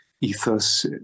ethos